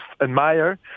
admire